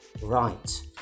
Right